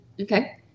okay